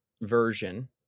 version